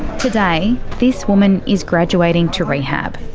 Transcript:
today, this woman is graduating to rehab,